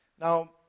Now